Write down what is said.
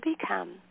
become